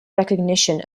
recognition